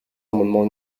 amendement